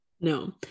No